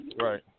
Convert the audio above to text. right